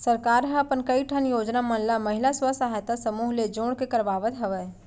सरकार ह अपन कई ठन योजना मन ल महिला स्व सहायता समूह ले जोड़ के करवात हवय